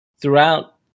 throughout